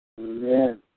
Amen